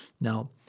Now